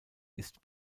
ist